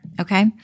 okay